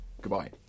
Goodbye